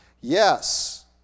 Yes